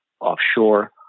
offshore